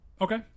Okay